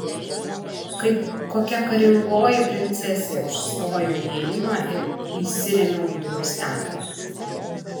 kaip kokia karingoji princesė užstojau įėjimą ir įsirėmiau į durų staktą